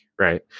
right